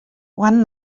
one